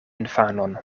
infanon